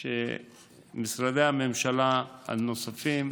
שמשרדי הממשלה הנוספים,